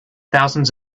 thousands